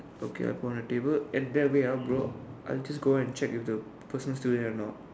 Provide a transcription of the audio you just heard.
okay on the table and then wait ah bro I just check if the person is still there anot